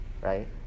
right